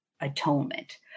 atonement